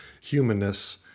humanness